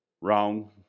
Wrong